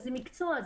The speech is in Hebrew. זה מקצוע,